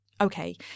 Okay